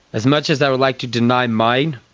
as much as i would like to deny mine,